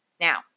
now